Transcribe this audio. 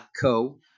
.co